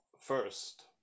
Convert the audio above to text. first